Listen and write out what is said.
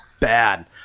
Bad